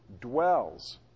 dwells